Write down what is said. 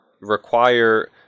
require